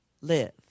live